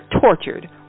tortured